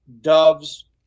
doves